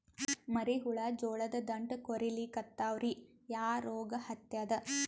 ಮರಿ ಹುಳ ಜೋಳದ ದಂಟ ಕೊರಿಲಿಕತ್ತಾವ ರೀ ಯಾ ರೋಗ ಹತ್ಯಾದ?